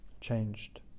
changed